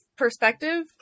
perspective